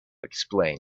explain